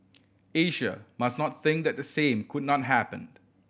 Asia must not think that the same could not happened